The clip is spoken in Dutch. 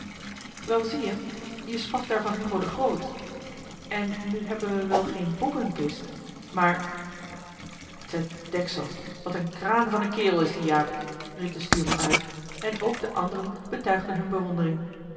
wel zie-je je sprak daar van hugo de groot en nu hebben we wel geen boekenkist maar te deksel wat een kraan van een kerel is die jaap riep de stuurman uit en ook de anderen betuigden hun bewondering